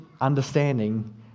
understanding